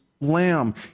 lamb